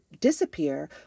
disappear